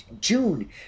June